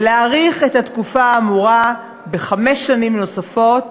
ולהאריך את התקופה האמורה בחמש שנים נוספות,